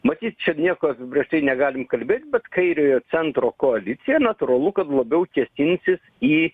matyt čia nieko apibrėžtai negalim kalbėt bet kairiojo centro koalicija natūralu kad labiau kėsinsins į